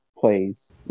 plays